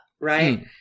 right